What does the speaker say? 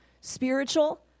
spiritual